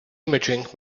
imagining